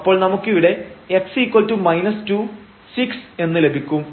അപ്പോൾ നമുക്കിവിടെ x 2 6 എന്ന് ലഭിക്കും